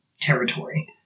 territory